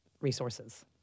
resources